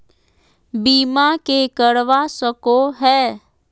बीमा के करवा सको है?